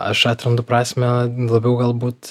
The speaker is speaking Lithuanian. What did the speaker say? aš atrandu prasmę labiau galbūt